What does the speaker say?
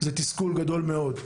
זה תסכול גדול מאוד.